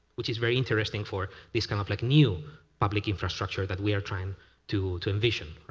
which is very interesting for this kind of like new public infrastructure that we're trying to to envision